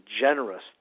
generous